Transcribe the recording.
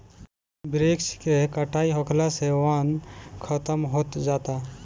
वृक्ष के कटाई होखला से वन खतम होत जाता